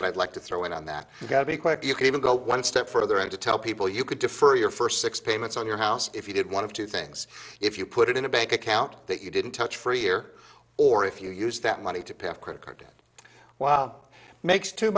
that i'd like to throw in on that you've got to be quick you can even go one step further and to tell people you could defer your first six payments on your house if you did one of two things if you put it in a bank account that you didn't touch for a year or if you used that money to pay off credit card wow makes too